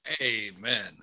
Amen